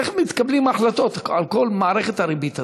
איך מתקבלות החלטות על כל מערכת הריבית הזאת.